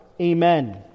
Amen